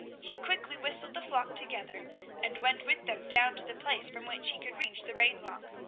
he quickly whistled the flock together and went with them down to the place from which he could reach the rain-rock.